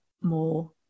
more